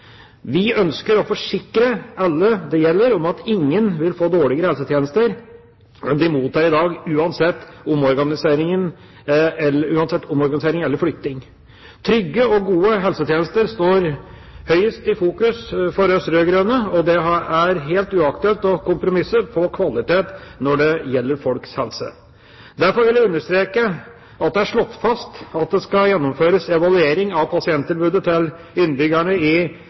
Vi ønsker å forsikre alle det gjelder, om at ingen vil få dårligere helsetjenester enn de mottar i dag, uansett omorganisering eller flytting. Trygge og gode helsetjenester står høyest i fokus for oss rød-grønne, og det er helt uaktuelt å kompromisse på kvalitet når det gjelder folks helse. Derfor vil jeg understreke at det er slått fast at det skal gjennomføres evaluering av pasienttilbudet til innbyggerne i